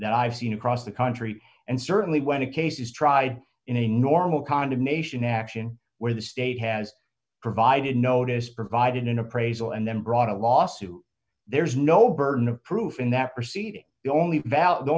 that i've seen across the country and certainly when a case is tried in a normal condemnation action where the state has provided notice provided an appraisal and then brought a lawsuit there's no burden of proof in that